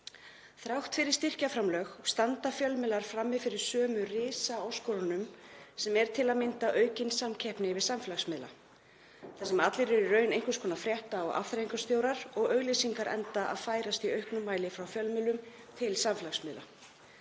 Þrátt fyrir styrkjaframlög standa fjölmiðlar frammi fyrir sömu risaáskorunum sem eru til að mynda aukin samkeppni við samfélagsmiðla þar sem allir eru í raun einhvers konar frétta- og afþreyingarstjórar enda auglýsingar að færast í auknum mæli frá fjölmiðlum til samfélagsmiðla.